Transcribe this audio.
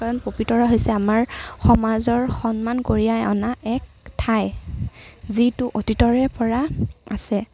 কাৰণ পবিতৰা হৈছে আমাৰ সমাজৰ সন্মান কঢ়িয়াই অনা এক ঠাই যিটো অতীতৰে পৰা আছে